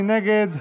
מי נגד?